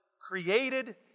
created